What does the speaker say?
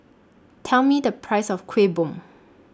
Tell Me The Price of Kuih Bom